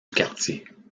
quartier